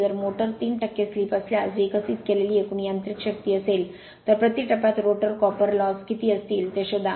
जर मोटर तीन टक्के स्लीप असल्यास विकसित केलेली एकूण यांत्रिक शक्ती असेल तर प्रति टप्प्यात रोटर कॉपर लॉस किती असतील ते शोधा